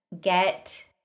get